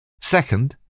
Second